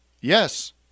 Yes